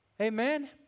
Amen